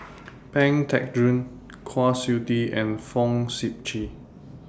Pang Teck Joon Kwa Siew Tee and Fong Sip Chee